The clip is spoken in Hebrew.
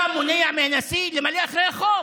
אתה מונע מהנשיא למלא את החוק.